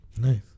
Nice